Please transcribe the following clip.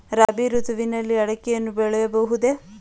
ರಾಬಿ ಋತುವಿನಲ್ಲಿ ಅಡಿಕೆಯನ್ನು ಬೆಳೆಯಬಹುದೇ?